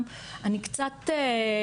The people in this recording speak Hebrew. שהוגש בהם כתב